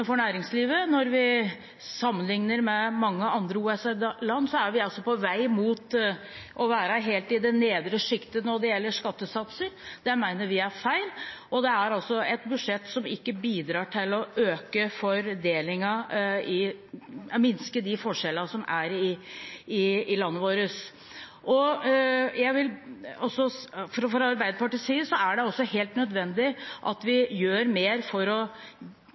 for næringslivet. Når vi sammenligner med mange andre OECD-land, er vi på vei mot å være helt i det nedre sjiktet når det gjelder skattesatser. Det mener vi er feil. Det er et budsjett som ikke bidrar til å minske forskjellene som er i landet vårt. Sett fra Arbeiderpartiets side er det altså helt nødvendig at vi gjør mer for å